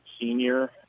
Senior